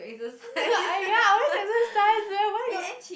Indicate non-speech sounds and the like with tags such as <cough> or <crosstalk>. <laughs> I ya I always exercise eh why got